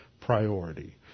priority